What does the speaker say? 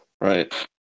Right